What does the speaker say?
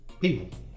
People